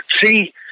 See